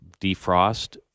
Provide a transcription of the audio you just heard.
defrost